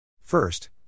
First